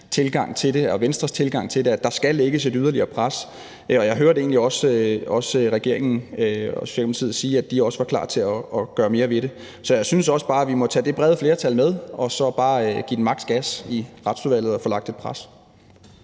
hensyn til sin og Venstres tilgang, nemlig at der skal lægges et yderligere pres, og jeg hørte egentlig også regeringen og Socialdemokratiet sige, at de også var klar til at gøre mere ved det. Så jeg synes også bare, vi må tage det brede flertal med og så bare give den maks. gas i Retsudvalget og få lagt det pres.